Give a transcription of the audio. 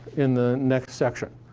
in the next section.